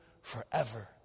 forever